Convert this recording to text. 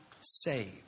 saved